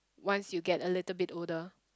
once you get a little bit older